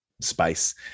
space